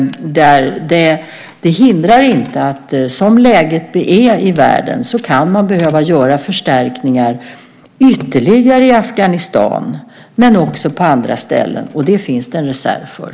Det hindrar inte - som läget är i världen - att man kan behöva göra ytterligare förstärkningar i Afghanistan men också på andra ställen. Och det finns det en reserv för.